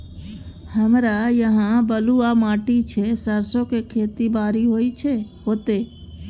हमरा यहाँ बलूआ माटी छै सरसो के खेती बारी होते?